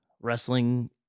wrestling